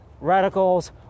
radicals